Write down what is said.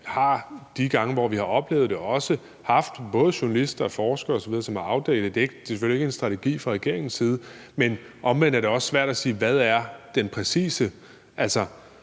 vi de gange, hvor vi har oplevet det, også har haft både journalister, forskere osv., som har afdækket det. Det er selvfølgelig ikke en strategi fra regeringens side, men omvendt er det også svært at sige. Altså,